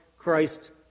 Christ